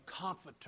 comforter